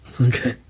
Okay